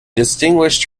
distinguished